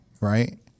right